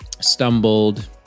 stumbled